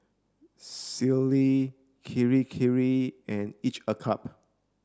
Sealy Kirei Kirei and Each a cup